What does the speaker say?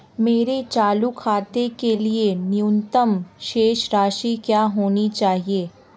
मेरे चालू खाते के लिए न्यूनतम शेष राशि क्या होनी चाहिए?